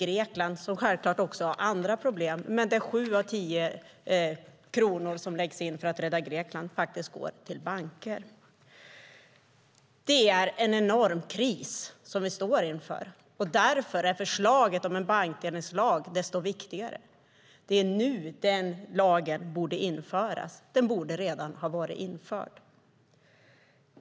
Grekland har självklart också andra problem, men 7 av 10 kronor som läggs in för att rädda landet går till banker. Det är en enorm kris vi står inför, och därför är förslaget om en bankdelningslag desto viktigare. Det är nu lagen borde införas; den borde redan ha varit införd.